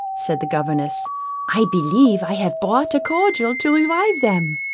said the governess i believe i have brought a cordial to revive them.